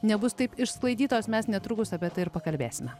nebus taip išsklaidytos mes netrukus apie tai ir pakalbėsime